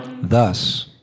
Thus